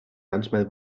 manchmal